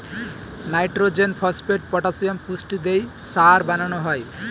nitrogen, phosphate, potassium পুষ্টি দিয়ে সার বানানো হয়